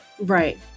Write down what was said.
Right